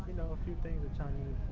you know a few things in chinese